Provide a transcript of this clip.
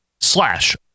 slash